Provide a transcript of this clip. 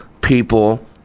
people